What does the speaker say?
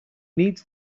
needs